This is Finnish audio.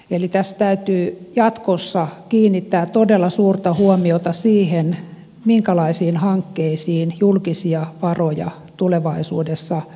eli tässä täytyy jatkossa kiinnittää todella suurta huomiota siihen minkälaisiin hankkeisiin julkisia varoja tulevaisuudessa annetaan